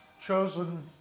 chosen